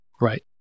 Right